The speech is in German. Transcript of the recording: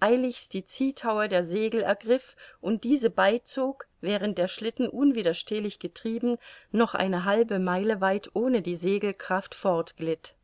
eiligst die ziehtaue der segel ergriff und diese beizog während der schlitten unwiderstehlich getrieben noch eine halbe meile weit ohne die segelkraft fortglitt